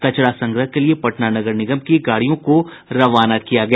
कचरा संग्रह के लिये पटना नगर निगम की गाड़ियों को रवाना किया गया